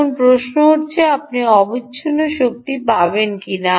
এখন প্রশ্ন হচ্ছে আপনি অবিচ্ছিন্ন শক্তি পাবেন কিনা